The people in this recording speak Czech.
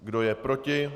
Kdo je proti?